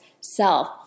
self